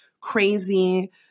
crazy